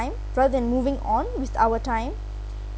~ime rather than moving on with our time